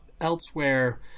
Elsewhere